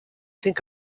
think